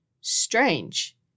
Strange